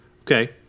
Okay